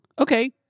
Okay